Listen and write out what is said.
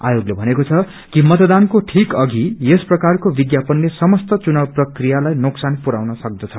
आयोगले भनेको छ कि मतदानको ठीक अघि यस प्रकारको विज्ञापन समस्त चुनाव प्रक्रियालाई नोक्सान पु याउन सक्तछ